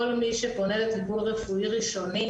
כל מי שפונה לטיפול רפואי ראשוני,